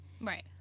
Right